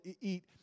eat